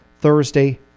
Thursday